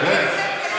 בהחלט.